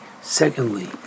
Secondly